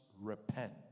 repent